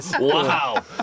Wow